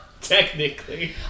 Technically